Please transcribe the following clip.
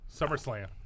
Summerslam